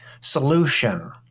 solution